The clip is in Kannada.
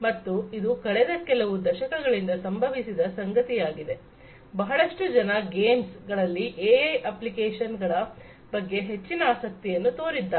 ಮತ್ತು ಇದು ಕಳೆದ ಕೆಲವು ದಶಕಗಳಿಂದ ಸಂಭವಿಸಿದ ಸಂಗತಿಯಾಗಿದೆ ಬಹಳಷ್ಟು ಜನ ಗೇಮ್ಸ್ ಗಳಲ್ಲಿ ಎಐ ಅಪ್ಲಿಕೇಶನ್ ಗಳ ಬಗ್ಗೆ ಹೆಚ್ಚಿನ ಆಸಕ್ತಿಯನ್ನು ತೋರಿದ್ದಾರೆ